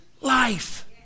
life